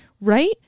Right